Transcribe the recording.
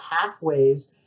pathways